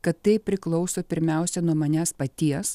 kad tai priklauso pirmiausia nuo manęs paties